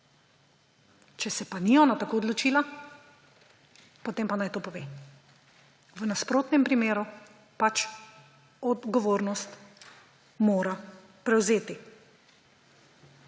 Če se pa ni ona tako odločila, potem pa naj to pove. V nasprotnem primeru pač odgovornost mora prevzeti.